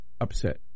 upset